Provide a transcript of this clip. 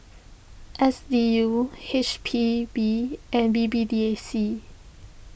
S D U H P B and B B D A C